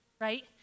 right